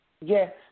Yes